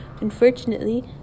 unfortunately